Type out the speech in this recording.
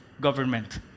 government